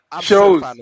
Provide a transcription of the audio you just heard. shows